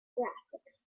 graphics